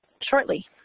shortly